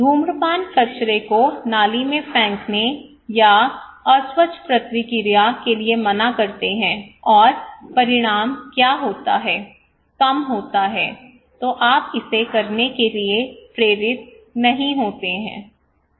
धूम्रपान कचरे को नाली में फेंकने या अस्वच्छ प्रतिक्रिया के लिए मना करते हैं और परिणाम कम होता है तो आप इसे करने के लिए प्रेरित नहीं होते हैं